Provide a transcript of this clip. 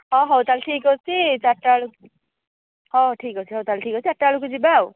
ହେଉ ତାହେଲେ ଠିକ୍ ଅଛି ଚାରିଟା ବେଳକୁ ହେଉ ଠିକ୍ ଅଛି ହେଉ ତାହେଲେ ଠିକ୍ ଅଛି ଚାରିଟା ବେଳକୁ ଯିବା ଆଉ